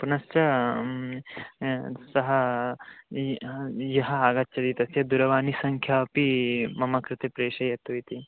पुनश्च सः यः आगच्छति तस्य दूरवाणी सङ्ख्या अपि मम कृते प्रेषयतु इति